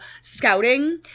scouting